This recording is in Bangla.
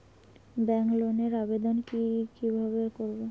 ব্যাংক লোনের আবেদন কি কিভাবে করব?